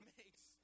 makes